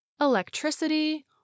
electricity